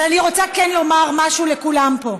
אבל אני כן רוצה לומר משהו לכולם פה,